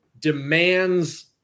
demands